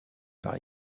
par